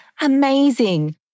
amazing